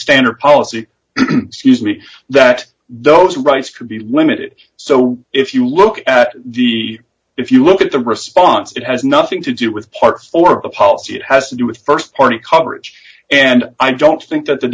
standard policy sees me that those rights can be limited so if you look at the if you look at the response it has nothing to do with parts or policy it has to do with st party coverage and i don't think that the